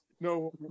No